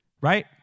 Right